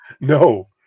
No